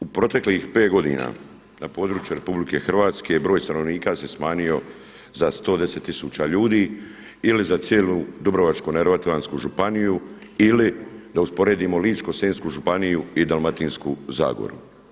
U proteklih 5 godina na području RH broj stanovnika se smanjio za 110 tisuća ljudi ili za cijelu Dubrovačko-neretvansku županiju ili da usporedimo Ličko-senjsku županiju i Dalmatinsku zagoru.